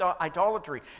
idolatry